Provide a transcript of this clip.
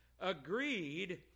agreed